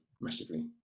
massively